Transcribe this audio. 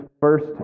first